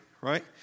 right